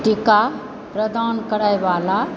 टीका प्रदान करय वाला